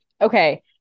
Okay